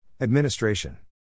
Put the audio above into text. Administration